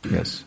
Yes